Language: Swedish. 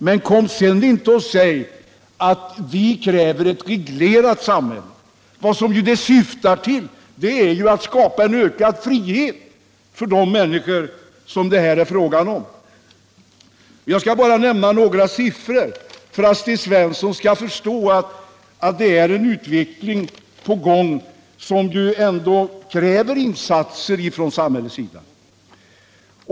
Men kom sedan inte och säg att vi kräver ett reglerat samhälle. Syftet är ju att skapa en ökad frihet för de människor som det här är fråga om. Jag skall bara nämna några siffror för att Sten Svensson skall förstå att det är en utveckling på gång som ändå kräver insatser från samhällets sida.